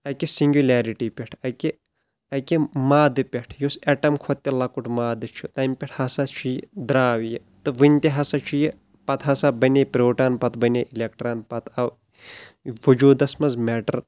اکہِ سنٚگیوٗلیرٹی پٮ۪ٹھ اکہِ اکہِ مادٕ پٮ۪ٹھ یُس ایٚٹم کھۄتہٕ تہِ لۄکُٹ مادٕ چھُ تمہِ پٮ۪ٹھ ہسا چھُ یہِ درٛاو یہِ تہٕ وۄنۍ تہِ ہسا چھُ یہِ پتہٕ ہسا بنیٚیہِ پروٹان پتہٕ بنیٚیہِ ایٚلیٚکٹران پتہٕ آو وجودَس منٛز میٹر